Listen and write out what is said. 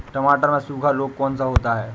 टमाटर में सूखा रोग कौन सा होता है?